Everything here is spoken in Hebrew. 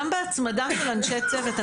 גם בהצמדה של אנשי צוות,